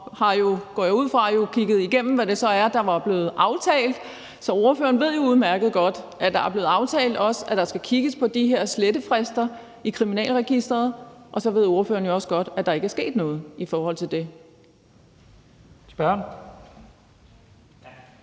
jeg ud fra – i forhold til hvad det så er, der er blevet aftalt. Så ordføreren ved jo udmærket godt, at det er blevet aftalt, at der skal kigges på de her slettefrister i Kriminalregisteret, og ordføreren ved så også godt, at der ikke er sket noget i forhold til det.